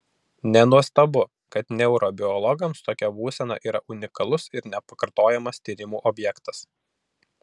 nenuostabu kad neurobiologams tokia būsena yra unikalus ir nepakartojamas tyrimų objektas